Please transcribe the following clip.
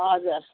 हजुर